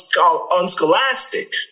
unscholastic